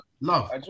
Love